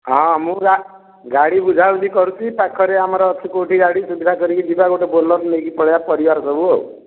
ହଁ ମୁଁ ଗାଡ଼ି ବୁଝାବୁଝି କରୁଛି ପାଖରେ ଆମର ଅଛି କେଉଁଠି ଗାଡ଼ି ସୁବିଧା କରିକି ଯିବା ଗୋଟିଏ ବୋଲେରୋ ନେଇକରି ପଳେଇବା ପରିବାର ସବୁ